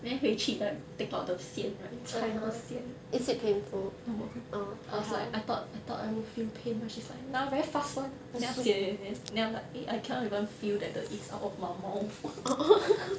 then 回去 like take out the 线 right 拆那个线 no I was like I thought I thought I would feel pain but she's like nah very fast [one] then 他剪剪剪 then I was like eh I can't even feel that the it's out of my mouth